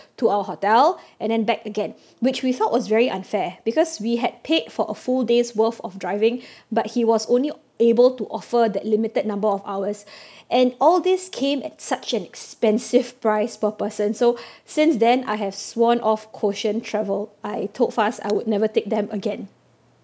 to our hotel and then back again which we felt was very unfair because we had paid for a full day's worth of driving but he was only able to offer that limited number of hours and all this came at such an expensive price per person so since then I have sworn off quotient travel I told Faz I would never take them again